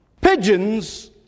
Pigeons